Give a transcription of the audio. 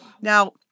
Now